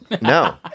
No